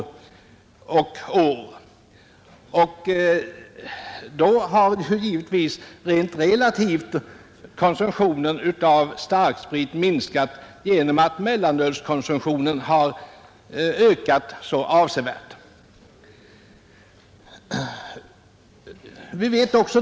Konsumtionen av starksprit har då givetvis minskat i relation till konsumtionen av mellanöl, som ökat så avsevärt.